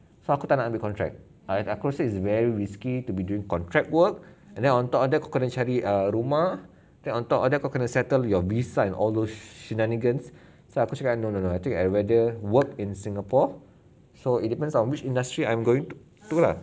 so aku tak nak ambil contract I aku rasa it is very risky to be doing contract work and then on top of that kau kena cari err rumah then on top of that kau kena settle your visa and all those shenanigans so aku cakap no no no I think I rather work in singapore so it depends on which industry I'm going to